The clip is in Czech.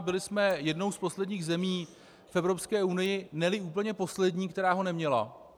Byli jsme jednou z posledních zemí v Evropské unii, neli úplně poslední, která ho neměla.